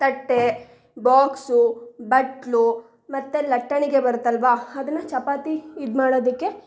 ತಟ್ಟೆ ಬಾಕ್ಸು ಬಟ್ಟಲು ಮತ್ತು ಲಟ್ಟಣಿಗೆ ಬರುತ್ತಲ್ಲವ ಅದುನ್ನ ಚಪಾತಿ ಇದು ಮಾಡೋದಕ್ಕೆ